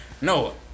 No